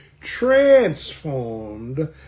transformed